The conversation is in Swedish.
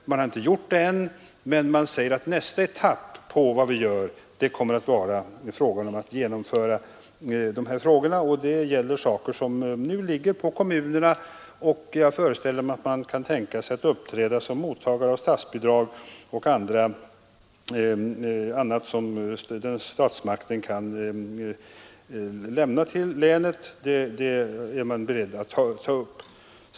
De har ännu inte gjort det, men de säger att de nästa etapp kommer att ta upp frågan om genomförandet, och det gäller alltså sådant som nu ligger på kommunerna. Jag föreställer mig att man kan tänka sig att uppträda som mottagare av statsbidrag och annat som statsmakten kan lämna länet. Det är man beredd att ta upp.